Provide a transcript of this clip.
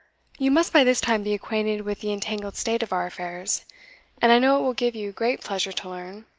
you must by this time be acquainted with the entangled state of our affairs and i know it will give you great pleasure to learn,